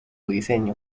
diseño